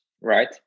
right